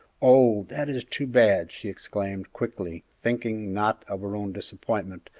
oh, that is too bad! she exclaimed, quickly, thinking, not of her own disappointment,